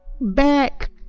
back